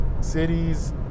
cities